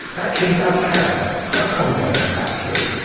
actually does have a condom factory.